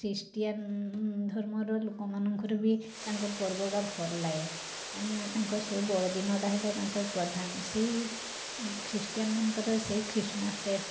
Christian ଧର୍ମର ଲୋକମାନଙ୍କର ବି ତାଙ୍କର ପର୍ବ ଏକା ଭଲ ଲାଗେ କାହିଁକିନା ତାଙ୍କ ସେ ବଡ଼ଦିନଟା ହେଲା ତାଙ୍କର ପ୍ରଧାନ ସିଏ ଖ୍ରୀଷ୍ଟିୟାନ୍ ମାନଙ୍କର ସେଇ ଖ୍ରୀଷ୍ଟମାସ୍ ଡେ